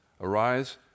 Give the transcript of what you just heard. Arise